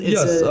Yes